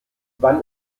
wann